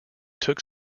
took